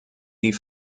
die